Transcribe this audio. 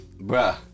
Bruh